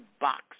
box